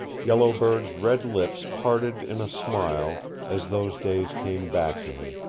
yellow bird's red lips parted in a smile as those days came back to her,